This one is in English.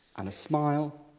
and a smile.